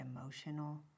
emotional